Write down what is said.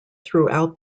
throughout